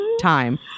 time